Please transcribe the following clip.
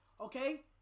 okay